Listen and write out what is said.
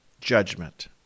judgment